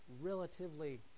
relatively